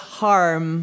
harm